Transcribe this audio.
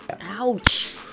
Ouch